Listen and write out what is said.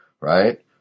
right